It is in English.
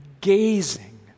gazing